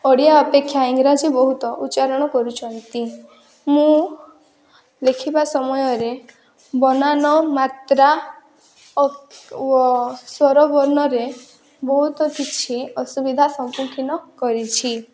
ଓଡ଼ିଆ ଅପେକ୍ଷା ଇଂରାଜୀ ବହୁତ ଉଚ୍ଚାରଣ କରୁଛନ୍ତି ମୁଁ ଲେଖିବା ସମୟରେ ବନାନ ମାତ୍ରା ଓ ୱ ସ୍ୱରବର୍ଣ୍ଣରେ ବହୁତ କିଛି ଅସୁବିଧା ସମ୍ମୁଖୀନ କରିଛି